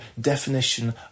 definition